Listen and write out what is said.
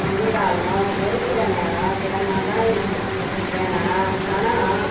இருந்தாலும் ஒரு சில நேரம் சிரமமாக தான் இருக்கும் ஏன்னால் பணம்